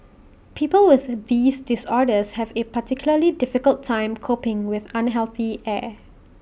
people with A these disorders have A particularly difficult time coping with unhealthy air